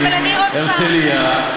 אבל לא מביאים אותם ליישובים הקטנים.